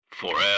Forever